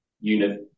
unit